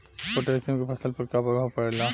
Potassium के फसल पर का प्रभाव पड़ेला?